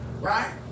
Right